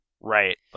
Right